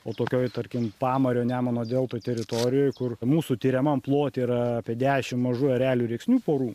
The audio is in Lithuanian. o tokioj tarkim pamario nemuno deltoj teritorijoj kur mūsų tiriamam plote yra apie dešim mažųjų erelių rėksnių porų